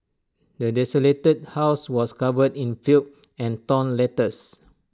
the desolated house was covered in filth and torn letters